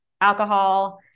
alcohol